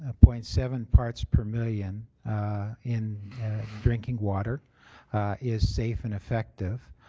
ah point seven parts per million in drinking water is safe and effective.